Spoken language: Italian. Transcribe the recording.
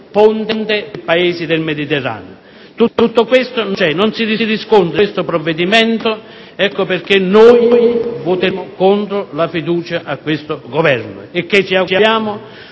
ponte per i Paesi del Mediterraneo. Tutto questo non c'è, non si riscontra in questo provvedimento, ed ecco perché noi voteremo contro la fiducia a questo Governo. Ci auguriamo